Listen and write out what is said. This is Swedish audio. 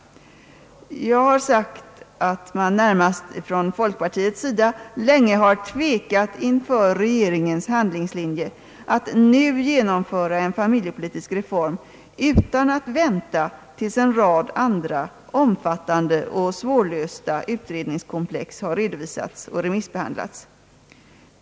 Jag har sagt att man närmast från folkpartiets sida länge har tvekat inför regeringens handlingslinje att nu genomföra en familjepolitisk reform utan att vänta tills en rad andra omfattande och svårlösta utredningskomplex har redovisats och remissbehandlats.